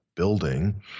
building